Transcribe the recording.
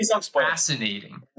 fascinating